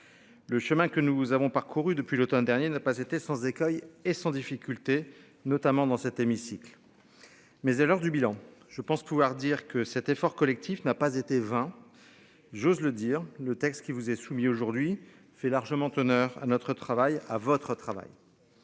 Le chemin que nous avons parcouru depuis l'Automne dernier n'a pas été sans écueils et sans difficultés notamment dans cet hémicycle. Mais à l'heure du bilan. Je pense pouvoir dire que cet effort collectif n'a pas été vain. J'ose le dire, le texte qui vous est soumis aujourd'hui fait largement honneur à notre travail à votre travail.